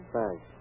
Thanks